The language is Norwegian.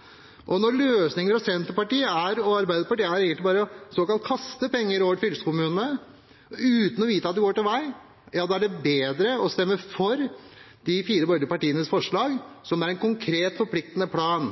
med når vi skal gjøre noe. Når løsningen for Senterpartiet og Arbeiderpartiet egentlig bare er å kaste penger til fylkeskommunene, uten å vite om de går til vei, er det bedre å stemme for de fire borgerlige partienes forslag om en konkret, forpliktende plan